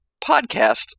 podcast